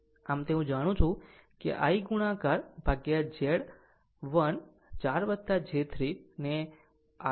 આમ તે હું જાણું છું કે I ગુણાકાર Z14 j 3 ને 38